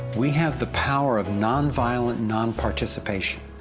we have the power of non-violent non-participation.